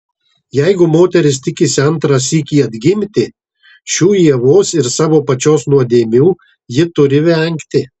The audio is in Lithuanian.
jeigu moteris tikisi antrą sykį atgimti šių ievos ir savo pačios nuodėmių ji turi vengti